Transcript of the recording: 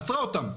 עצרה אותם.